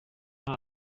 hari